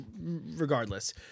regardless